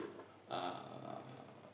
uh